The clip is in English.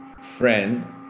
friend